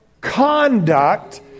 conduct